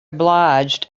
obliged